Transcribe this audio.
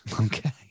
Okay